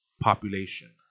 population